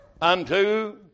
unto